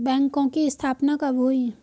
बैंकों की स्थापना कब हुई?